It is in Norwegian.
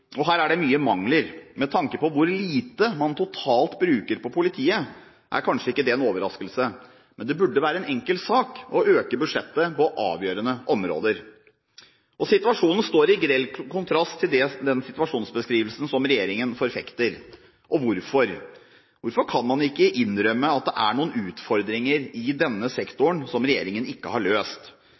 og her er det mye mangler. Med tanke på hvor lite man totalt bruker på politiet, er kanskje ikke det en overraskelse, men det burde være en enkel sak å øke budsjettet på avgjørende områder. Dette står i grell kontrast til den situasjonsbeskrivelsen som regjeringen forfekter. Hvorfor kan man ikke innrømme at det er noen utfordringer i denne sektoren som regjeringen ikke har løst?